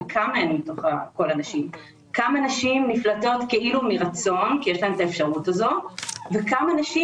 כמה נשים נפלטות כאילו מרצון כי יש להן את האפשרות הזאת ו כמה נשים